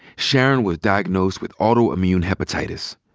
sharon was diagnosed with autoimmune hepatitis.